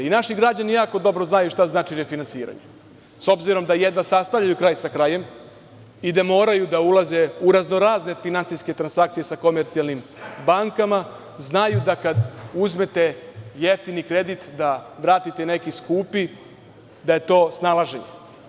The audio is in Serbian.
Naši građani jako dobro znaju šta znači refinansiranje,s obzirom da jedva sastavljaju kraj sa krajem i da moraju ulaze u razno-razne finansijske transakcije sa komercijalnim bankama, znaju da kada uzmete jeftini kredit da vratite neki skupi, da je to snalaženje.